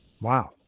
Wow